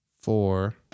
four